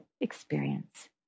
experience